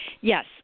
Yes